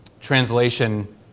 translation